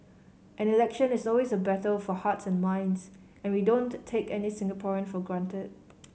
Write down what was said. an election is always a battle for hearts and minds and we don't take any Singaporean for granted